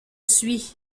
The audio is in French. suis